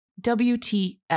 WTF